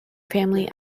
family